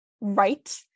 right